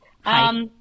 Hi